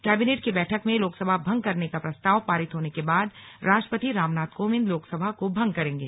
cabinet की बैठक में लोकसभा भंग करने का प्रस्ताव पारित होने के बाद राष्ट्रपति रामनाथ कोविंद लोकसभा को भंग करेंगे